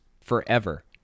forever